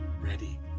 Ready